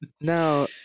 No